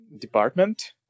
department